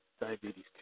diabetes